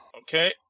Okay